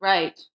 Right